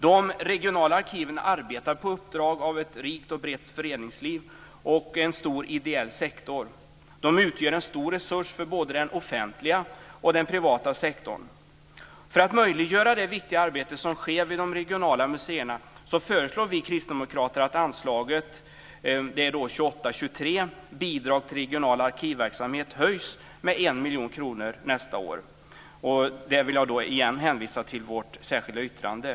De regionala arkiven arbetar på uppdrag av ett rikt och brett föreningsliv och en stor ideell sektor och utgör en stor resurs för både den offentliga och den privata sektorn. För att möjliggöra det viktiga arbete som sker vid de regionala museerna föreslår vi kristdemokrater att anslaget 28:23 Bidrag till regional arkivverksamhet höjs med 1 miljon kronor nästa år. Där vill jag återigen hänvisa till vårt särskilda yttrande.